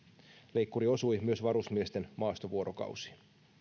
leikkuri osui myös varusmiesten maastovuorokausiin